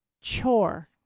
Chore